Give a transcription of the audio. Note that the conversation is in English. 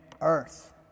earth